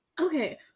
okay